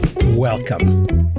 Welcome